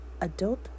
Adult